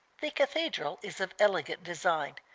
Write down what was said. the cathedral is of elegant design.